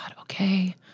okay